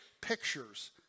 pictures